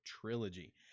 Trilogy